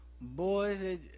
boys